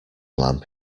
lamp